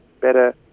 better